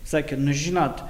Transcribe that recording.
sakė nu žinot